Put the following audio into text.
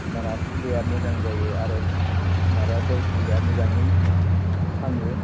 होमब्लाना फुलिया मोजां जायो आरो माबाया गय फुलिया मोजाङै थाङो